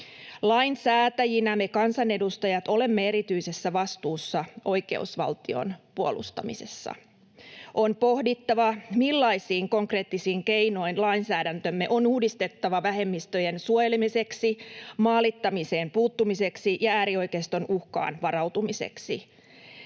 Lainsäätäjinä me kansanedustajat olemme erityisessä vastuussa oikeusvaltion puolustamisessa. On pohdittava, millaisin konkreettisin keinoin lainsäädäntöämme on uudistettava vähemmistöjen suojelemiseksi, maalittamiseen puuttumiseksi ja äärioikeiston uhkaan varautumiseksi.